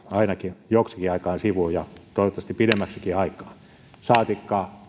ainakin joksikin ja toivottavasti pidemmäksikin aikaa sivuun saatikka